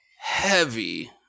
heavy